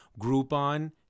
groupon